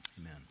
Amen